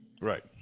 Right